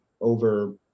over